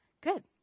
Good